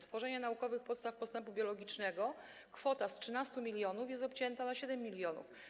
Tworzenie naukowych podstaw postępu biologicznego, kwota 13 mln jest obcięta do 7 mln.